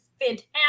fantastic